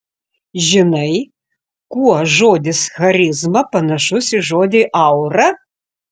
žinai kuo žodis charizma panašus į žodį aura